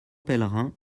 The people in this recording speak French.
pellerin